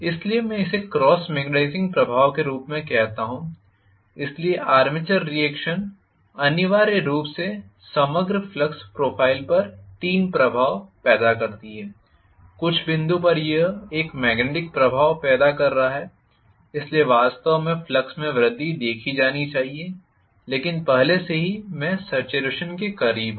इसलिए मैं इसे क्रॉस मैग्नेटाइजिंग प्रभाव के रूप में कहता हूं इसलिए आर्मेचर रीएक्शन अनिवार्य रूप से समग्र फ्लक्स प्रोफाइल पर तीन प्रभाव उत्पन्न करती है कुछ बिंदु पर यह एक मॅग्नेटिक प्रभाव उत्पन्न कर रहा है इसलिए वास्तव में फ्लक्स में वृद्धि देखी जानी चाहिए लेकिन पहले से ही मैं सेचुरेशन के करीब हूं